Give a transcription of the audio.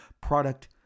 product